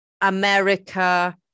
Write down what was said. america